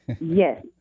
Yes